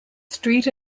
street